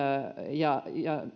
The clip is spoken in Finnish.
ja